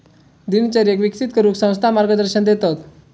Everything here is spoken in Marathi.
दिनचर्येक विकसित करूक संस्था मार्गदर्शन देतत